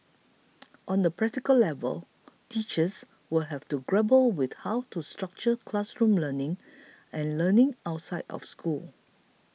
on a practical level teachers will have to grapple with how to structure classroom learning and learning outside of school